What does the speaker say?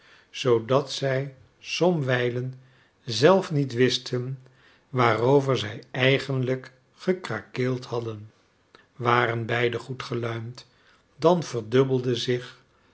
zoodat zij somwijlen zelf niet wisten waarover zij eigenlijk gekrakeeld hadden waren beiden goed geluimd dan verdubbelde zich